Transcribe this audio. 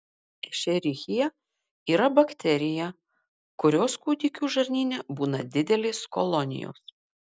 ešerichija yra bakterija kurios kūdikių žarnyne būna didelės kolonijos